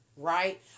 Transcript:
Right